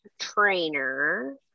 trainer